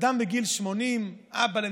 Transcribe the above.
אדם בגיל 80, אבא למשפחה,